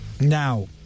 Now